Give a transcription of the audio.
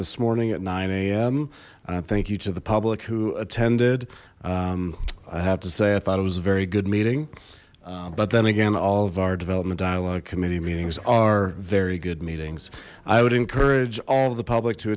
this morning at nine a m and thank you to the public who attended i have to say i thought it was a very good meeting but then again all of our development dialogue committee meetings are very good meetings i would encourage all the public to